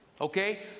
okay